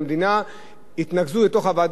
ואתה הצלחת באמת להוביל את זה בחוכמה,